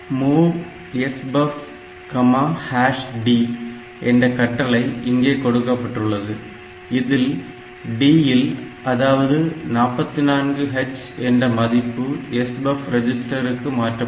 MOV SBUFD என்ற கட்டளை இங்கே கொடுக்கப்பட்டுள்ளது இதில் D இல் அதாவது 44h என்ற மதிப்பு SBUF ரெஜிஸ்டர்க்கு மாற்றப்படும்